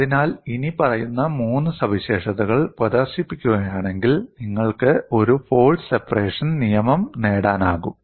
അതിനാൽ ഇനിപ്പറയുന്ന മൂന്ന് സവിശേഷതകൾ പ്രദർശിപ്പിക്കുകയാണെങ്കിൽ നിങ്ങൾക്ക് ഒരു ഫോഴ്സ് സെപ്പറേഷൻ നിയമം നേടാനാകും